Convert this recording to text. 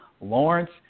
Lawrence